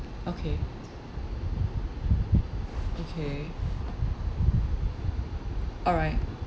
okay okay alright